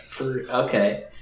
Okay